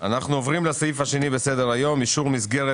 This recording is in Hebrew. עוברים לסעיף השני על סדר היום: אישור מסגרת